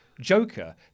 Joker